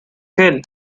gel